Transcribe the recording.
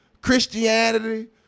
Christianity